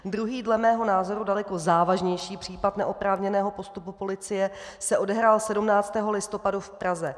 Druhý, dle mého názoru, daleko závažnější případ neoprávněného postupu policie se odehrál 17. listopadu v Praze.